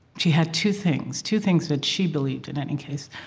she had two things, two things that she believed, in any case.